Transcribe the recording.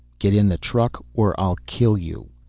get in the truck or i'll kill you.